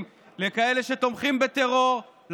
לכאלה שתומכים בטרור,